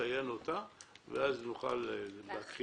זה כתוב.